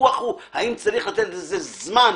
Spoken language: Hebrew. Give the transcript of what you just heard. הוויכוח הוא אם צריך לתת לזה זמן